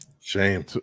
shame